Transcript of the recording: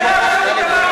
תתרגל.